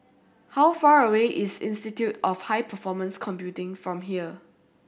how far away is Institute of High Performance Computing from here